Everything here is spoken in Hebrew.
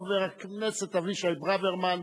חבר הכנסת אבישי ברוורמן,